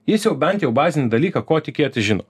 jis jau bent jau bazinį dalyką ko tikėtis žino